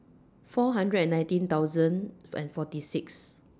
four hundred and nineteen thousand and forty six